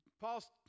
Paul's